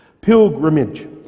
pilgrimage